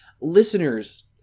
Listeners